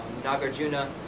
Nagarjuna